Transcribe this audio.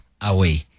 away